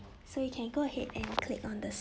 so you can go ahead and click on the